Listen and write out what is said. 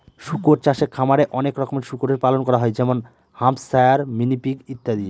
শুকর চাষে খামারে অনেক রকমের শুকরের পালন করা হয় যেমন হ্যাম্পশায়ার, মিনি পিগ ইত্যাদি